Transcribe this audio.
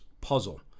puzzle